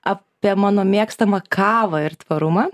apie mano mėgstamą kavą tvarumą